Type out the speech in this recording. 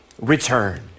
return